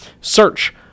Search